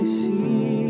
see